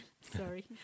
sorry